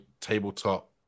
tabletop